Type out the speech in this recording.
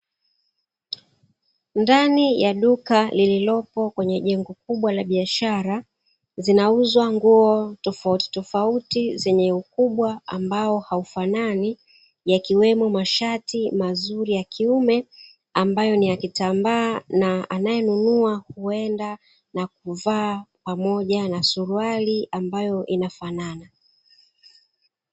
Ndani ya duka lililopo kwenye jengo kubwa la biashara zinauzwa nguo tofautitofauti zenye ukubwa ambao haufanani, yakiwemo mashati mazuri ya kiume ambayo ni ya kitambaa na anayenunua huenda na kuvaa pamoja na suruali ambayo inafanana.